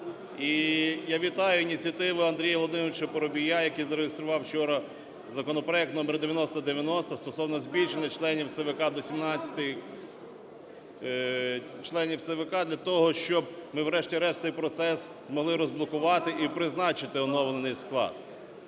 я вітаю ініціативу Андрія Володимировича Парубія, який зареєстрував вчора законопроект № 9090 стосовно збільшення членів ЦВК до 17 членів ЦВК для того, щоб ми врешті-решт цей процес змогли розблокувати і призначити оновлений склад.